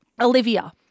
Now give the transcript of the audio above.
Olivia